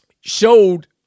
showed